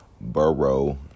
Burrow